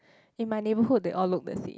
in my neighborhood they all look the same